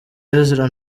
ezra